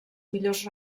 millors